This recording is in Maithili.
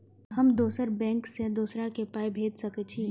हम दोसर बैंक से दोसरा के पाय भेज सके छी?